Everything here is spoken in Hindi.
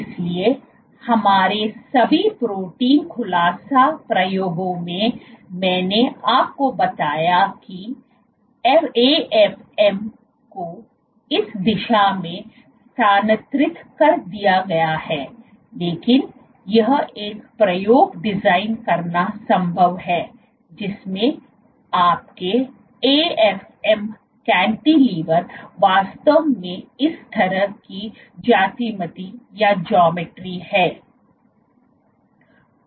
इसलिए हमारे सभी प्रोटीन खुलासा प्रयोगों में मैंने आपको बताया कि एएफएम को इस दिशा में स्थानांतरित कर दिया गया है लेकिन यह एक प्रयोग डिजाइन करना संभव है जिसमें आपके एएफएम कैंटीलीवर वास्तव में इस तरह की ज्यामिति है